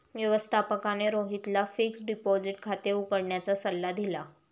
व्यवस्थापकाने रोहितला fixed deposit खाते उघडण्याचा सल्ला दिला